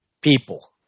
people